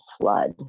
flood